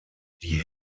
die